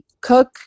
cook